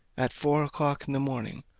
at four o'clock in the morning,